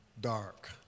dark